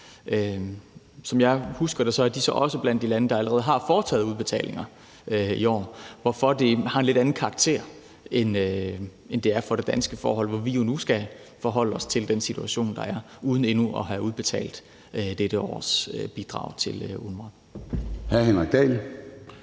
Som jeg husker det, er de så også blandt de lande, der allerede har foretaget udbetalinger i år, hvorfor det har en lidt anden karakter, end det har efter danske forhold, hvor vi jo nu skal forholde os til den situation, der er, uden endnu at have udbetalt dette års bidrag til UNRWA. Kl.